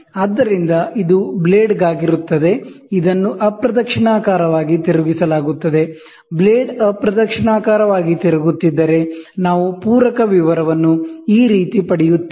ಆದ್ದರಿಂದ ಇದು ಬ್ಲೇಡ್ಗಾಗಿರುತ್ತದೆ ಇದನ್ನುಆಂಟಿ ಕ್ಲೋಕ್ವೈಸ್ ಆಗಿ ತಿರುಗಿಸಲಾಗುತ್ತದೆ ಬ್ಲೇಡ್ ಆಂಟಿ ಕ್ಲೋಕ್ವೈಸ್ ಆಗಿ ತಿರುಗುತ್ತಿದ್ದರೆ ನಾವು ಪೂರಕ ವಿವರವನ್ನು ಈ ರೀತಿ ಪಡೆಯುತ್ತೇವೆ